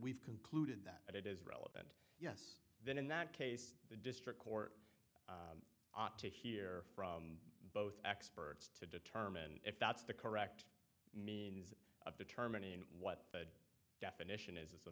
we've concluded that it is relevant yes then in that case the district court ought to hear from both experts to determine if that's the correct means of determining what the definition is as a